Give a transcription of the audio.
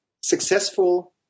successful